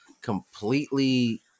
completely